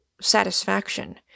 satisfaction